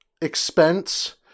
expense